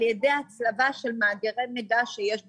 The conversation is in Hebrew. על ידי הצלבה של מאגרי מידע שיש ברשותנו.